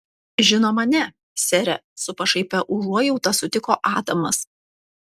žinoma ne sere su pašaipia užuojauta sutiko adamas